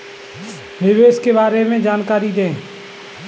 निवेश के बारे में जानकारी दें?